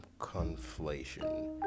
conflation